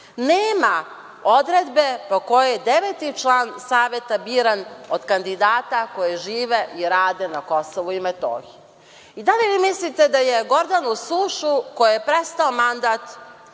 nema odredbe po kojoj deveti član saveta biran od kandidata koji žive i rade na KiM.Da li vi mislite da je Gordanu Sušu, kojoj je prestao mandat